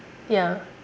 ya